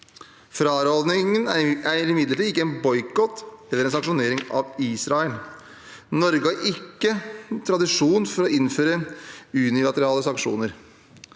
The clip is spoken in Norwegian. Frarådingen er imidlertid ikke en boikott eller en sanksjonering av Israel. Norge har ikke tradisjon for å innføre unilaterale sanksjoner.